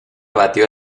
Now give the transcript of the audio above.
batió